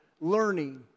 learning